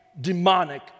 demonic